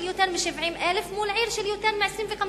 יותר מ-70,000 מול עיר של יותר מ-25,000,